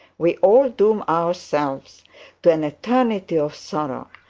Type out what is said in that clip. we all doom ourselves to an eternity of sorrow,